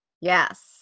Yes